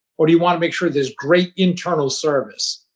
or do you want to make sure there's great internal service?